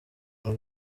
ibi